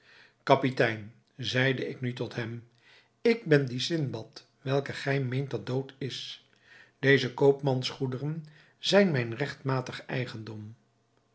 kapitein zeide ik nu tot hem ik ben die sindbad welke gij meent dat dood is deze koopmansgoederen zijn mijn regtmatig eigendom